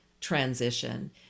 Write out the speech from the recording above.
transition